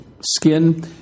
skin